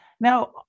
Now